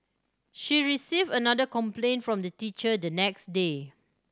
she received another complaint from the teacher the next day